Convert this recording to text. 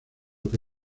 que